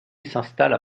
s’installent